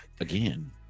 again